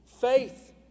Faith